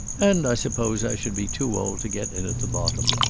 and i suppose i should be too old to get in at the bottom.